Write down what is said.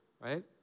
right